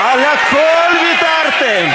על הכול ויתרתם,